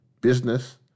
business